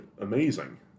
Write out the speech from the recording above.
amazing